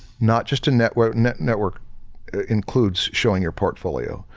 not just to network, network includes showing your portfolio,